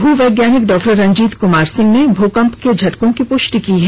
भू वैज्ञानिक डॉ रंजीत कुमार सिंह ने भूकंप के झटकों की पुष्टि की है